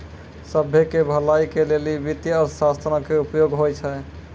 सभ्भे के भलाई के लेली वित्तीय अर्थशास्त्रो के उपयोग होय छै